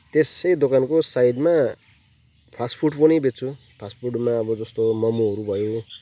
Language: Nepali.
त्यसै दोकानको साइडमा फास्ट फुड पनि बेच्छु फास्ट फुडमा अब जस्तो मोमोहरू भयो